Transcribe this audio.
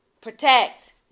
protect